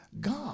God